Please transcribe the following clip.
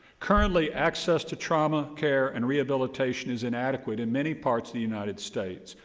currently, access to trauma care and rehabilitation is inadequate in many parts of the united states,